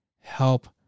help